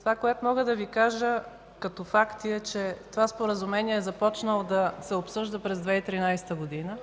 Това, което мога да Ви кажа като факти, е, че това Споразумение е започнало да се обсъжда през 2013 г.,